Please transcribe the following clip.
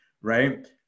right